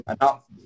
enough